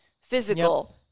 Physical